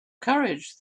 courage